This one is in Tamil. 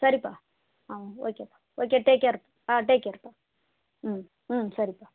சரிப்பா ம் ஓகேப்பா ஓகே டேக் கேர் டேக் கேர்ப்பா ம் ம் சரிப்பா